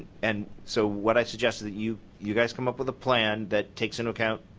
and so what i suggest is that you you guys come up with a plan that takes into account